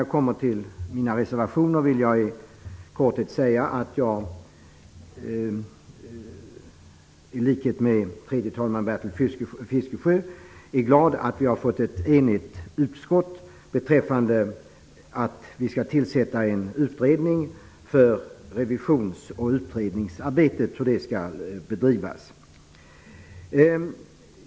När det gäller mina reservationer vill jag i korthet säga att jag, i likhet med tredje vice talman Bertil Fiskesjö, är glad att det är ett enigt utskott som står bakom förslaget om tillsättande av en utredning för revisions och utredningsarbete och hur det arbetet skall bedrivas.